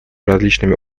различными